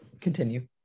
continue